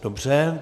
Dobře.